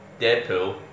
Deadpool